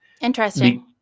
Interesting